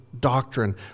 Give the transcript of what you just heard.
doctrine